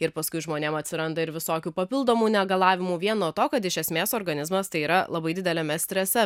ir paskui žmonėm atsiranda ir visokių papildomų negalavimų vien nuo to kad iš esmės organizmas tai yra labai dideliame strese